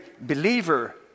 believer